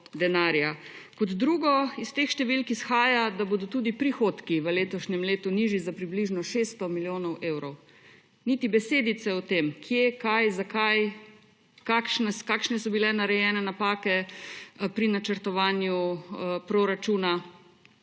denarja. Kot drugo. Iz teh številk izhaja, da bodo tudi prihodki v letošnjem letu nižji za približno 600 milijonov evrov. Niti besedice o tem, kje, kaj, zakaj, kakšne napake so bile narejene pri načrtovanju proračuna